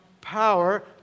power